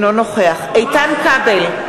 אינו נוכח איתן כבל,